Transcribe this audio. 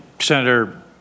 Senator